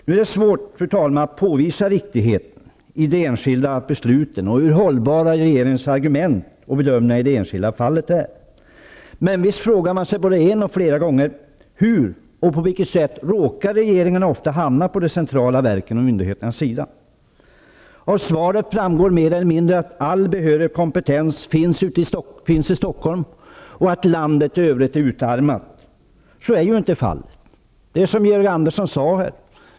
Nu är det svårt, fru talman, att påvisa riktigheten i de enskilda besluten och hur hållbara regeringens argument och bedömningar i de enskilda fallen är. Men visst frågar man sig både en och flera gånger: Hur kommer det sig att regeringen så ofta råkar hamna på de centrala verkens och myndigheternas sida? Av svaret framgår mer eller mindre tydligt att all behörig kompetens finns i Stockholm och att landet i övrigt är utarmat. Så är ju inte fallet. Det är som Georg Andersson sade.